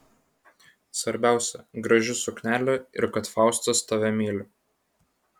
svarbiausia graži suknelė ir kad faustas tave myli